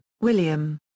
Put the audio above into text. William